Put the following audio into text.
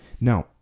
Now